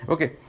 Okay